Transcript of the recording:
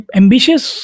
ambitious